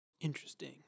interesting